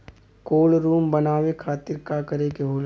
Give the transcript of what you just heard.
Cold room बनावे खातिर का करे के होला?